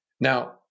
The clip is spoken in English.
Now